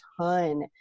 ton